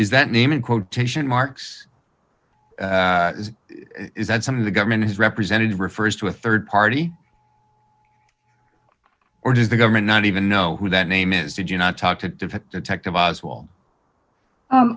is that name in quotation marks is that some of the government is represented refers to a rd party or does the government not even know who that name is did you not talk to